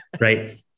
right